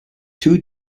two